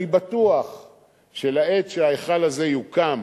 אני בטוח שלעת שההיכל הזה יוקם